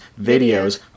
videos